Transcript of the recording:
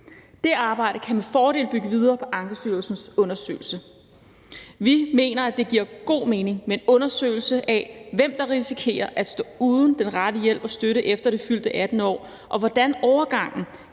Det arbejde kan med fordel bygge videre på Ankestyrelsens undersøgelse. Vi mener, at det giver god mening med en undersøgelse af, hvem der risikerer at stå uden den rette hjælp og støtte efter det fyldte 18. år, og hvordan overgangen